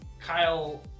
Kyle